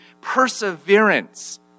perseverance